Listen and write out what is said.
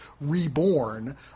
Reborn